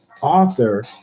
author